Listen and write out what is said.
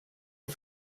aux